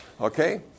okay